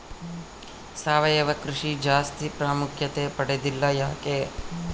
ಸಾವಯವ ಕೃಷಿ ಜಾಸ್ತಿ ಪ್ರಾಮುಖ್ಯತೆ ಪಡೆದಿಲ್ಲ ಯಾಕೆ?